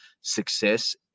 success